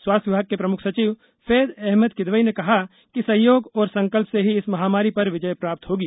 स्वास्थ विभाग के प्रमुख सचिव फैज अहमद किदवई ने कहा कि सहयोग और संकल्प से ही इस महामारी पर विजय प्राप्त होगी